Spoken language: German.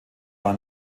war